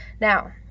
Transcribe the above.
Now